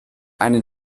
eine